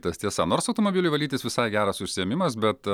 tas tiesa nors automobilį valytis visai geras užsiėmimas bet